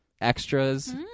extras